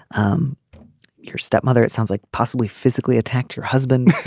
um your stepmother it sounds like possibly physically attacked your husband.